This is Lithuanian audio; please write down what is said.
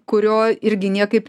kurio irgi niekaip